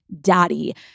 daddy